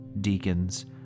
deacons